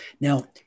now